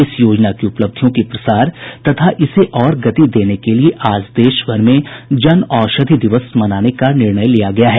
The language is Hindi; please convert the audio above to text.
इस योजना की उपलब्धियों के प्रसार तथा इसे और गति देने के लिए आज देशभर में जन औषधि दिवस बनाने का निर्णय लिया गया है